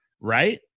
right